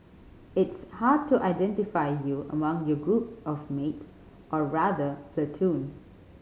it's hard to identify you among your group of mates or rather platoon